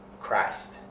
Christ